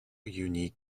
unique